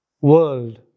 world